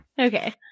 Okay